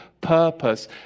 purpose